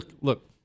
look